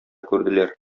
күрделәр